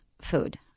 food